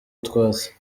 utwatsi